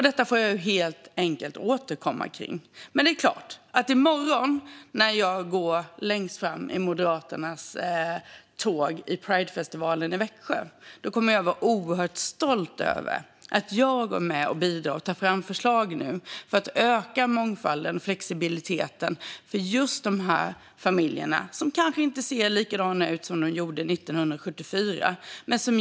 Detta får jag återkomma till. I morgon, när jag går längst fram i Moderaternas tåg i Pridefestivalen i Växjö, kommer jag att vara oerhört stolt över att jag nu är med och tar fram förslag för att öka mångfalden och flexibiliteten för just dessa familjer, som kanske inte ser likadana ut som familjer gjorde 1974.